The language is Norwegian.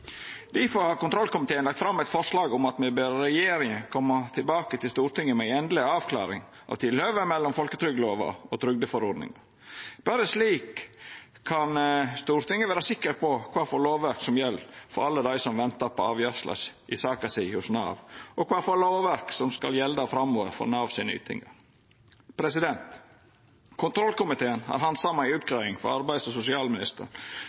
Difor har kontrollkomiteen lagt fram eit forslag om at me ber regjeringa koma tilbake til Stortinget med ei endeleg avklaring av tilhøvet mellom folketrygdlova og trygdeforordninga. Berre slik kan Stortinget vera sikker på kva lovverk som gjeld for alle dei som ventar på avgjerd i saka si hos Nav, og kva lovverk som skal gjelda framover for Nav sine ytingar. Kontrollkomiteen har handsama ei utgreiing frå arbeids- og sosialministeren